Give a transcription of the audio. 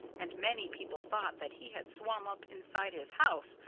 and many people thought that he had swum up inside his house,